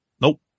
Nope